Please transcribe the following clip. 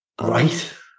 Right